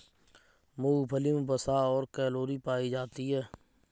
मूंगफली मे वसा और कैलोरी पायी जाती है